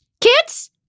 Kids